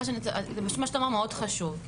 מה שאתה אומר מאוד חשוב.